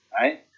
right